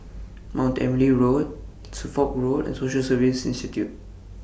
Mount Emily Road Suffolk Road and Social Service Institute